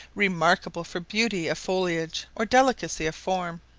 remarkable for beauty of foliage or delicacy of form.